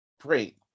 Great